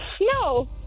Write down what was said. no